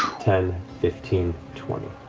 ten, fifteen, twenty.